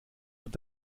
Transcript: wird